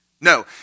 No